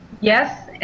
Yes